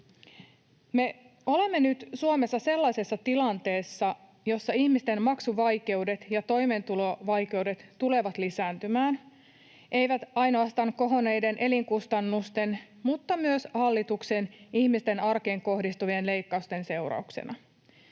Me olemme nyt Suomessa sellaisessa tilanteessa, jossa ihmisten maksuvaikeudet ja toimeentulovaikeudet tulevat lisääntymään, eivät ainoastaan kohonneiden elinkustannusten vaan myös hallituksen ihmisten arkeen kohdistuvien leikkausten seurauksena.